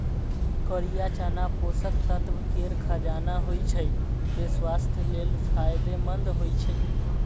करिया चना पोषक तत्व केर खजाना होइ छै, तें स्वास्थ्य लेल फायदेमंद होइ छै